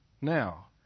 Now